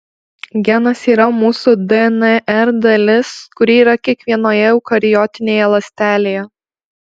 genas yra mūsų dnr dalis kuri yra kiekvienoje eukariotinėje ląstelėje